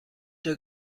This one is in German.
der